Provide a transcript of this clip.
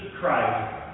Christ